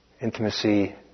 Intimacy